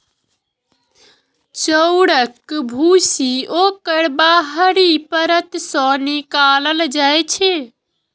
चाउरक भूसी ओकर बाहरी परत सं निकालल जाइ छै